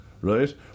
right